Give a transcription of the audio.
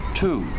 two